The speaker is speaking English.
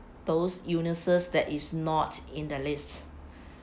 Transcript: those illnesses that is not in the lists